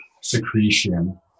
secretion